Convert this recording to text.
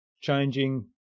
changing